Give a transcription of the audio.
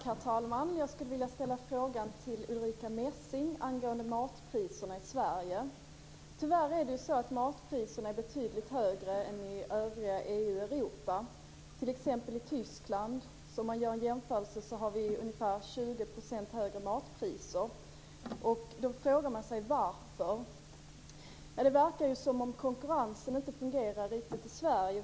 Herr talman! Jag har en fråga till Ulrica Messing angående matpriserna i Sverige. Matpriserna är betydligt högre i Sverige än i övriga Europa. Om man gör en jämförelse med Tyskland har vi ungefär 20 % högre matpriser. Man frågar sig varför. Det verkar som om konkurrensen inte fungerar riktigt i Sverige.